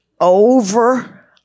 over